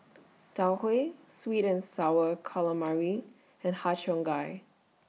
Tau Huay Sweet and Sour Calamari and Har Cheong Gai